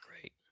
great